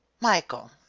michael